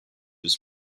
his